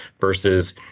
versus